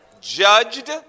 Judged